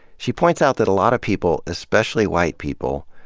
she points out that a lot of people, especially white people,